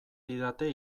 didate